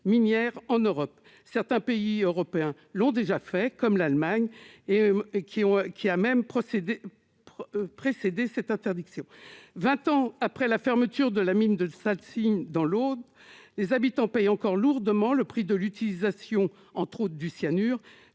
minière en Europe. Certains pays européens l'ont déjà fait, comme l'Allemagne, qui a même anticipé cette résolution. Vingt ans après la fermeture de la mine de Salsigne, dans l'Aude, les habitants paient encore lourdement le prix de l'utilisation du cyanure,